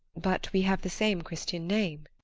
but we have the same christian name.